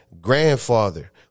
grandfather